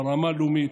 ברמה הלאומית,